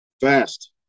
fast